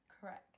Correct